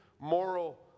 moral